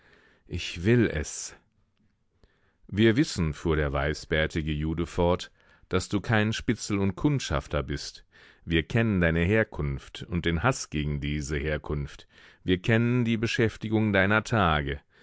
ich will es wir wissen fuhr der weißbärtige jude fort daß du kein spitzel und kundschafter bist wir kennen deine herkunft und den haß gegen diese herkunft wir kennen die beschäftigung deiner tage